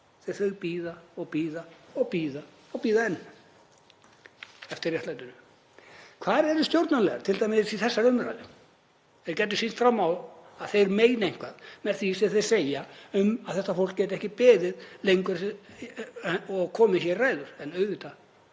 að þau bíða og bíða og bíða enn eftir réttlætinu. Hvar eru stjórnarliðar t.d. í þessari umræðu? Þeir gætu sýnt fram á að þeir meini eitthvað með því sem þeir segja um að þetta fólk geti ekki beðið lengur og komið hér í ræður en auðvitað